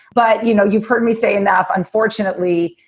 but you know you've heard me say enough, unfortunately,